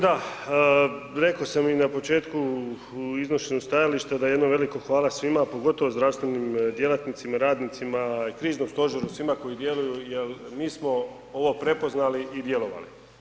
Da, rekao sam i na početku u iznošenju stajališta da jedno veliko hvala svima, pogotovo zdravstvenim djelatnicima, radnicima, kriznom stožeru, svima koji djeluju jel mi smo ovo prepoznali i djelovali.